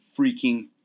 freaking